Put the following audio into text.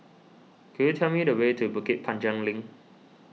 could you tell me the way to Bukit Panjang Link